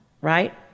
right